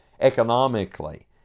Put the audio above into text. economically